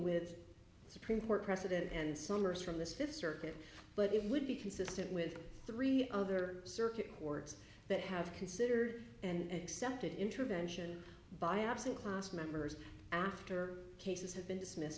with the supreme court precedent and summers from this fifth circuit but it would be consistent with three other circuit courts that have considered and excepted intervention by absent class members after cases have been dismissed